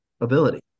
ability